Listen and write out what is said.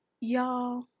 Y'all